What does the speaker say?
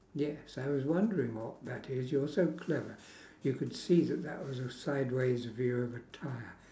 yes I was wondering what that is you're so clever you could see that that was a sideways view of a tyre